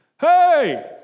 Hey